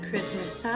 Christmas